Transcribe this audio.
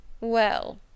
Well